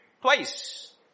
Twice